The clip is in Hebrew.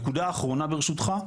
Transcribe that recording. נקודה אחרונה ברשותך,